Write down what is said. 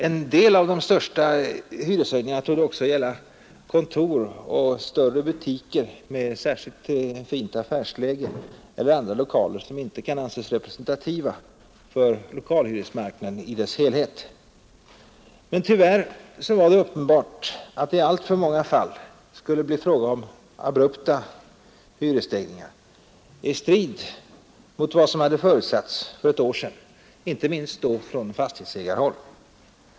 En del av de största hyreshöjningarna torde också gälla kontor och större butiker med särskilt fint affärsläge och andra lokaler som inte kan anses representativa för lokalhyresmarknaden i dess helhet. Tyvärr var det emellertid uppenbart att det i alltför många fall skulle bli fråga om abrupta hyresstegringar i strid mot vad som förutsattes för något år sedan, inte minst då från fastighetsägarhåll.